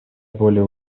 более